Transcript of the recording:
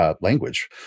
language